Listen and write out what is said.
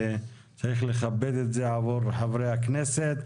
וצריך לכבד עבור חברי הכנסת.